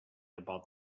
about